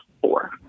four